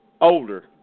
older